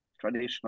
traditional